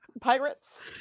pirates